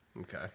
Okay